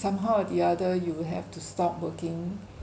somehow or the other you will have to stop working